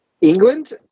England